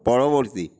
পরবর্তী